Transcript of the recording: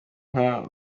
nka